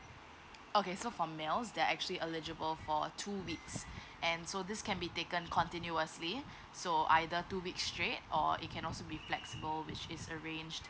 okay so for males they're actually eligible for two weeks and so this can be taken continuously so either two weeks straight or it can also be flexible which is arrange